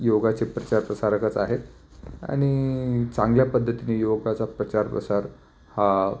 योगाचे प्रचार प्रसारकच आहेत आणि चांगल्या पद्धतीने योगाचा प्रचार प्रसार हा